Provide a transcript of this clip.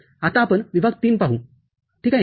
आता आपण विभाग III पाहूठीक आहे